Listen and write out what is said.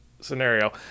scenario